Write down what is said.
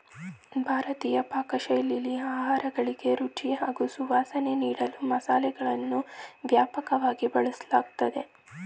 ಭಾರತೀಯ ಪಾಕಶೈಲಿಲಿ ಆಹಾರಗಳಿಗೆ ರುಚಿ ಹಾಗೂ ಸುವಾಸನೆ ನೀಡಲು ಮಸಾಲೆಗಳನ್ನು ವ್ಯಾಪಕವಾಗಿ ಬಳಸಲಾಗ್ತದೆ